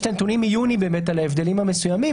יש את הנתונים מיוני על ההבדלים המסוימים